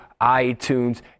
iTunes